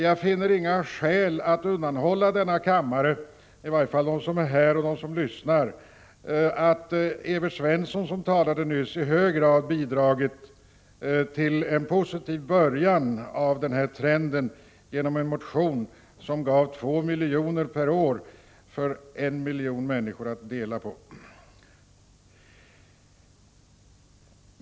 Jag finner inga skäl att undanhålla denna kammare —i varje fall de ledamöter som är här och de som lyssnar — att Evert Svensson, som talade nyss, i hög grad bidragit till en positiv början av denna trend genom en motion som gav 2 milj.kr. per år för en miljon människor att dela på.